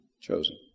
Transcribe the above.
Chosen